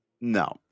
No